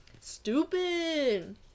Stupid